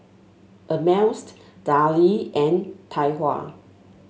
Ameltz Darlie and Tai Hua